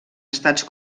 estats